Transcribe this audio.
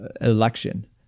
election